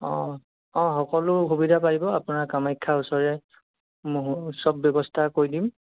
অঁ অঁ সকলো সুবিধা পাৰিব আপোনাৰ কামাখ্যাৰ ওচৰে মই সব ব্যৱস্থা কৰি দিম